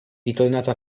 ritornato